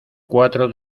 cuatro